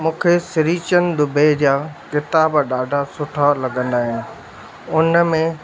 मुखे स्री चंद दुबे जा किताब ॾाढा सुठा लॻंदा आहिनि उन में